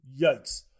Yikes